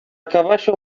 caballo